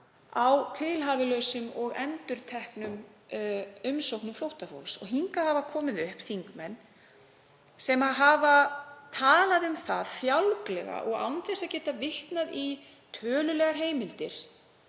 á tilhæfulausum og endurteknum umsóknum flóttafólks. Hingað hafa komið upp þingmenn sem hafa talað um það fjálglega, án þess að geta vitnað í tölulegar heimildir,